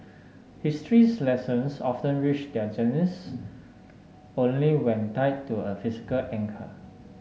history's lessons often reach their zenith only when tied to a physical anchor